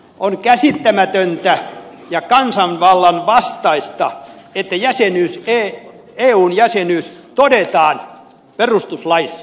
on käsittämätöntä ja kansanvallan vastaista että eun jäsenyys todetaan perustuslaissa